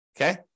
okay